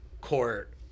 court